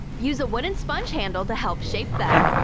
use a wooden sponge handle to help shape them.